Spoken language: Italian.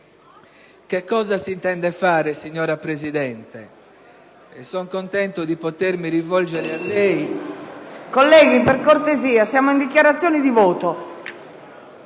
Che cosa si intende fare, signora Presidente? Sono contento di potermi rivolgere a lei.